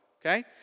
Okay